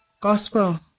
Gospel